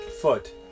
foot